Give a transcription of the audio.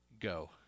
Go